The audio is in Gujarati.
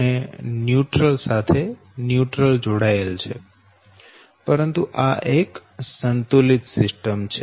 અને ન્યુટ્રલ સાથે ન્યુટ્રલ જોડાયેલ છે પરંતુ આ એક સંતુલિત સિસ્ટમ છે